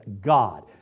God